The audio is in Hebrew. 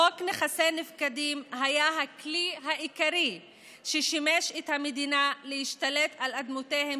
חוק נכסי נפקדים היה הכלי העיקרי ששימש את המדינה להשתלט על אדמותיהם